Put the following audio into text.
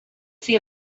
see